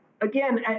again